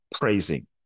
praising